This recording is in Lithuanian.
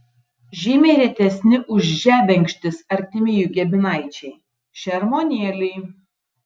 žymiai retesni už žebenkštis artimi jų giminaičiai šermuonėliai